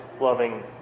loving